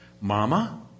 Mama